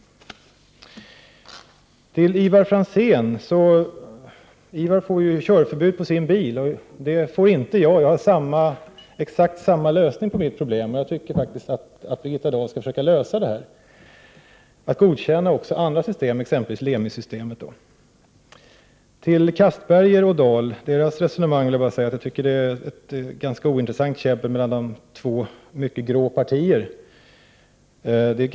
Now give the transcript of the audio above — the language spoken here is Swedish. Ivar Franzén får ju körförbud på sin bil, och det får inte jag, trots att jag har exakt samma lösning på problemet på min bil. Jag tycker faktiskt att Birgitta Dahl skall försöka lösa problemet att godkänna också andra system, exempelvis LEMI-systemet. Castbergers och Dahls diskussion tycker jag är ett ganska ointressant käbbel mellan två mycket grå partier.